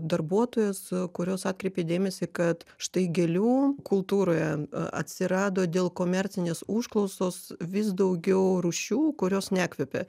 darbuotojas kurios atkreipė dėmesį kad štai gėlių kultūroje atsirado dėl komercinės užklausos vis daugiau rūšių kurios nekvepia